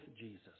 Jesus